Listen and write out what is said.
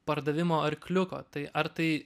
pardavimo arkliuko tai ar tai